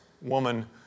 Woman